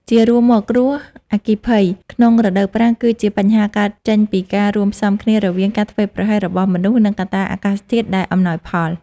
ជារួមមក គ្រោះអគ្គីភ័យក្នុងរដូវប្រាំងគឺជាបញ្ហាកើតចេញពីការរួមផ្សំគ្នារវាងការធ្វេសប្រហែសរបស់មនុស្ស និងកត្តាអាកាសធាតុដែលអំណោយផល។